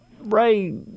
Ray